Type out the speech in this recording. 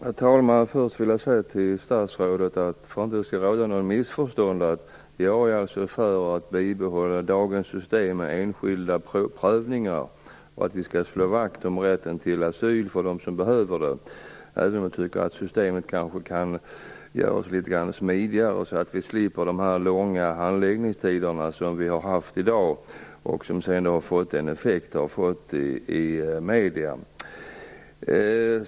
Herr talman! Först vill jag, för att det inte skall råda något missförstånd, säga till statsrådet att jag är för att bibehålla dagens system med enskilda prövningar. Jag är också för att vi skall behålla rätten till asyl för dem som behöver det, även om jag tycker att systemet kanske kan göras litet smidigare så att vi slipper de långa handläggningstiderna och den effekt som dessa har fått i medierna.